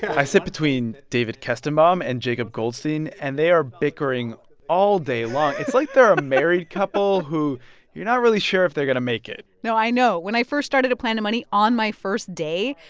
i sit between david kestenbaum and jacob goldstein, and they are bickering all day long. it's like they're a married couple who you're not really sure if they're going to make it no. i know. when i first started at planet money, on my first day,